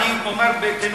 אני אומר בכנות,